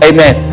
Amen